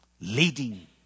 leading